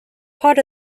part